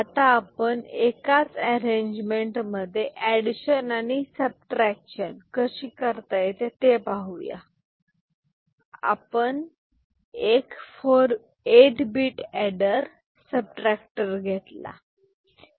आता आपण एकाच अरेंजमेंट मध्ये एडिशन आणि सबट्रॅक्शन कशी करता येते ते पाहूया आपण एक 8 बीट एडर सब ट्रॅक्टर घेतला आहे